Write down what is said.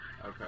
okay